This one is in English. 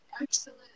excellent